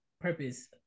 purpose